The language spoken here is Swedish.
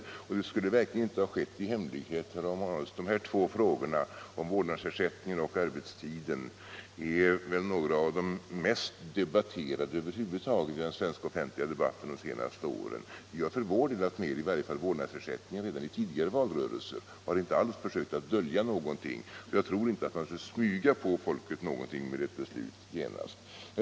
Herr Romanus säger att de två frågor det här rör sig om — frågan om vårdnadsersättning och frågan om arbetstid — skulle ha debatterats i hemlighet på något sätt. Dessa två frågor, herr Romanus, är några av de mest debatterade över huvud taget i den svenska offentliga debatten under de senaste åren. Vi har för vår del haft med i varje fall frågan om vårdnadsersättningen redan i tidigare valrörelser, och vi har inte alls försökt att dölja någonting. Jag tror inte heller att man skulle smyga på folk någonting genom ett beslut genast i denna fråga.